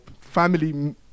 family